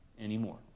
anymore